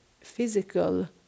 physical